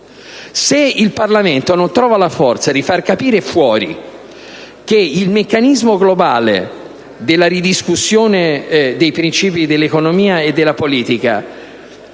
Se il Parlamento non trova la forza di far capire fuori che il meccanismo globale della ridiscussione dei principi dell'economia e della politica parte